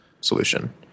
solution